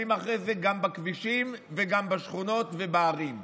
אחר כך גם בכבישים וגם בשכונות ובערים.